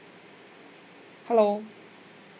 hello